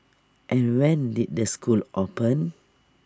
and when did the school open